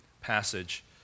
passage